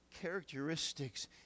characteristics